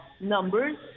numbers